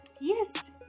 yes